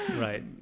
right